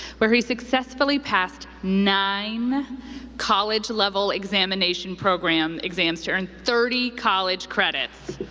where he successfully passed nine college-level examination program exams to earn thirty college credits.